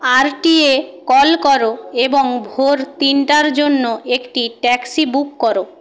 RTA কল করো এবং ভোর তিনটার জন্য একটি ট্যাক্সি বুক করো